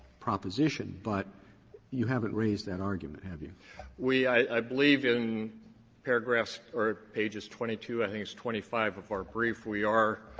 proposition, but you haven't raised that argument, have you? smith we, i i believe in paragraphs or pages twenty two, i think it's twenty five of our brief, we are